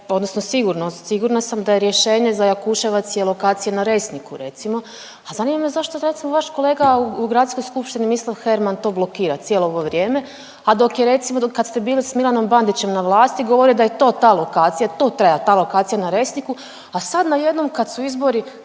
odnosno sigurna sam da je rješenje za Jakuševac je lokacija na Resniku recimo. A zanima me zašto recimo vaš kolega u Gradskoj skupštini Mislav Herman to blokira cijelo ovo vrijeme, a dok je recimo, kad ste bili sa Milanom Bandićem na vlati govore da je to ta lokacija, to treba ta lokacija na Resniku, a sad najednom kad su izbori